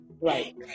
Right